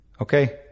Okay